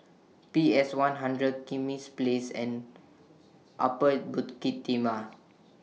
P S one hundred Kismis Place and Upper Bukit Timah